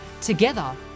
Together